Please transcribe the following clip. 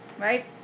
Right